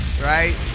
Right